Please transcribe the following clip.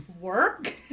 work